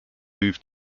moved